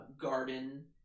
garden